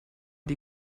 die